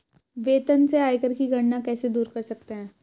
वेतन से आयकर की गणना कैसे दूर कर सकते है?